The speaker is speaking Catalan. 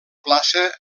plaça